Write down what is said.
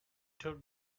took